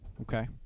okay